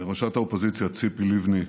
ראשת האופוזיציה ציפי לבני,